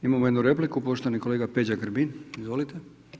Imamo jednu repliku, poštovani kolega Peđa Grbin, izvolite.